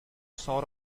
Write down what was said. sort